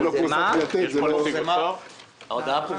אני מדבר